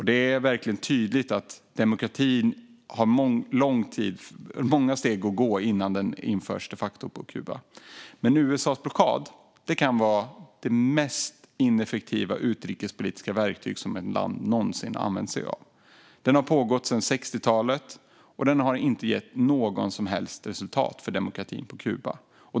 Det är tydligt att det är många steg kvar att gå innan demokrati de facto införs på Kuba. Men USA:s blockad kan vara det mest ineffektiva utrikespolitiska verktyg ett land någonsin har använt sig av. Den har pågått sedan 60-talet och har inte gett något som helst resultat för demokratin på Kuba.